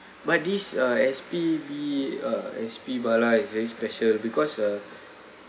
but this uh S_P_B uh S_P bala is very special because uh